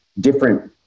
different